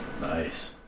nice